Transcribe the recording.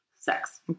Sex